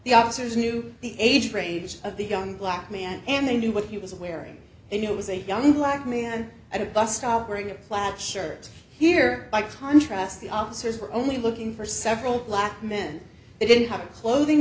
the officers knew the age range of the young black man and they knew what he was wearing and it was a young black man at a bus stop wearing a plaid shirt here by contrast the officers were only looking for several black men they didn't have a clothing